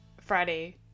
Friday